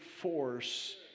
force